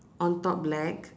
on top black